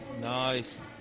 Nice